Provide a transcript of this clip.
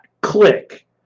click